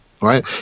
right